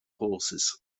horses